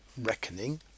reckoning